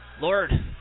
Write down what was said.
Lord